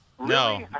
No